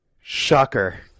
Shocker